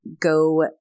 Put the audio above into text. go